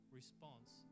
response